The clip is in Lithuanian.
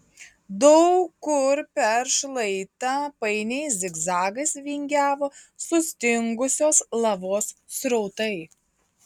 daug kur per šlaitą painiais zigzagais vingiavo sustingusios lavos srautai